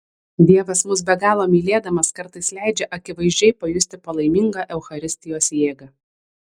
dievas mus be galo mylėdamas kartais leidžia akivaizdžiai pajusti palaimingą eucharistijos jėgą